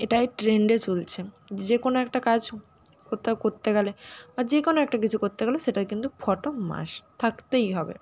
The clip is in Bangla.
এটাই ট্রেন্ডে চলছে যে কোনো একটা কাজ কোথাও করতে গেলে বা যে কোনো একটা কিছু করতে গেলে সেটাই কিন্তু ফটো মাস্ট থাকতেই হবে